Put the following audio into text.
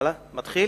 נסים,